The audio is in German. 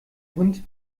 hund